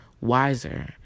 wiser